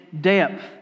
depth